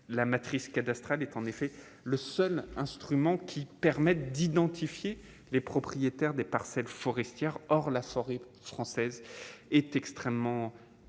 la matrice cadastrale est en effet le seul instrument qui permettent d'identifier les propriétaires des parcelles forestières, or la forêt française est extrêmement morcelé,